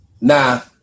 Now